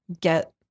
get